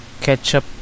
ketchup